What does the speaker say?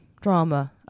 drama